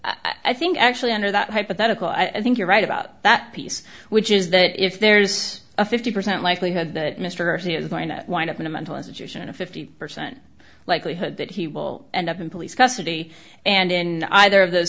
really i think actually under that hypothetical i think you're right about that piece which is that if there's a fifty percent likelihood that mr c is going to wind up in a mental institution a fifty percent likelihood that he will end up in police custody and in either of those